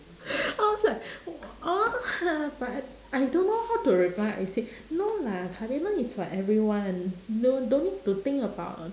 I was like !huh! but I don't know how to reply I say no lah kabedon is like everyone no don't need to think about uh